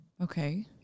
Okay